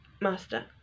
master